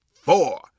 four